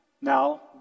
now